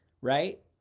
Right